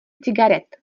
cigaret